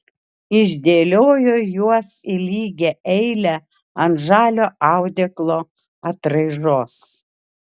išdėliojo juos į lygią eilę ant žalio audeklo atraižos